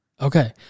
Okay